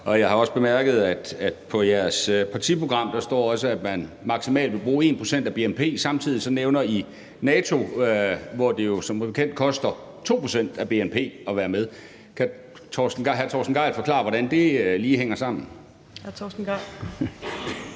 og jeg har også bemærket, at der i Alternativets partiprogram også står, at man maksimalt vil bruge 1 pct. af bnp. Samtidig nævner man NATO, hvor det jo som bekendt koster 2 pct. af bnp at være med. Kan hr. Torsten Gejl forklare, hvordan det lige hænger sammen?